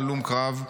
הלום קרב,